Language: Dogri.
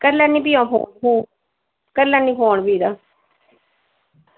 करी लैन्नी आं फ्ही अ'ऊं फोन ते करी लैन्नी फोन फ्ही तां